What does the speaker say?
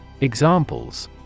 Examples